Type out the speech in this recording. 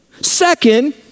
Second